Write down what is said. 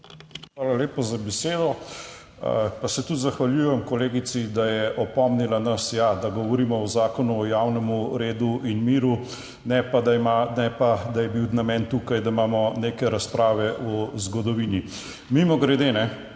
Hvala lepa za besedo. Pa se tudi zahvaljujem kolegici, da je opomnila nas, ja, da govorimo o Zakonu o javnem redu in miru, ne pa da je bil namen tukaj, da imamo neke razprave o zgodovini. Mimogrede